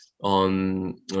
on